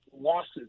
losses